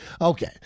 Okay